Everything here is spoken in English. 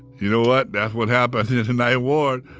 you know what, that's what happened in the ninth ward.